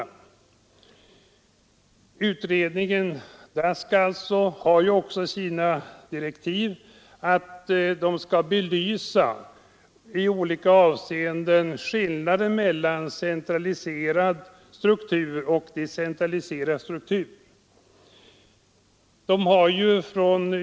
I direktiven till denna utredning ingår att i olika avseenden belysa skillnaden mellan centraliserad struktur och decentraliserad struktur.